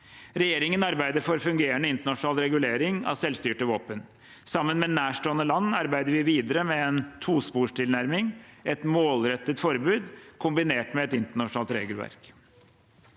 Regjeringen arbeider for fungerende internasjonal regulering av selvstyrte våpen. Sammen med nærstående land arbeider vi videre med en tosporstilnærming: et målrettet forbud kombinert med et internasjonalt regelverk.